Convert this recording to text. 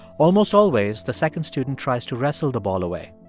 almost always, the second student tries to wrestle the ball away.